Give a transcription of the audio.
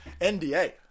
NDA